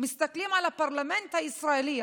מסתכלים על הפרלמנט הישראלי,